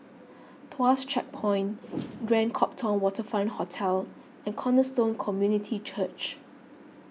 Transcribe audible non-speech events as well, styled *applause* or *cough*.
Tuas Checkpoint *noise* Grand Copthorne Waterfront Hotel and Cornerstone Community Church